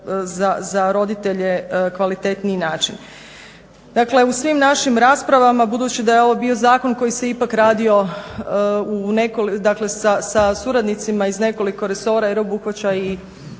za roditelje kvalitetniji način. Dakle u svim našim raspravama budući da je ovo bio zakon koji se ipak radio sa suradnicima iz nekoliko resora jer obuhvaća i